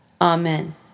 Amen